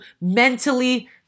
mentally